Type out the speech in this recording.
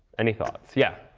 any thoughts? yeah?